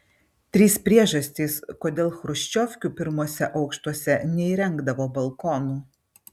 trys priežastys kodėl chruščiovkių pirmuose aukštuose neįrengdavo balkonų